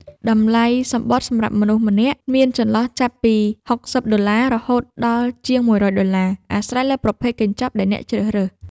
តម្លៃសំបុត្រសម្រាប់មនុស្សម្នាក់មានចន្លោះចាប់ពី ៦០ ដុល្លារ រហូតដល់ជាង ១០០ ដុល្លារ អាស្រ័យលើប្រភេទកញ្ចប់ដែលអ្នកជ្រើសរើស។